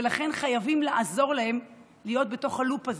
ולכן חייבים לעזור להם בלופ הזה,